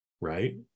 right